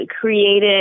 created